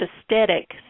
aesthetic